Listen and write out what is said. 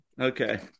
okay